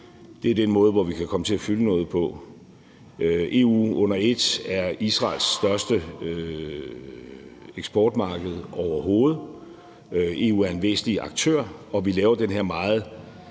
Det er den måde, vi kan komme til at fylde noget på. EU under et er Israels største eksportmarked overhovedet. EU er en væsentlig aktør, og vi laver den her meget